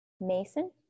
Mason